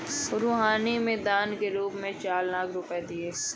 रूहानी ने दान के रूप में चार लाख रुपए दिए